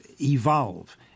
evolve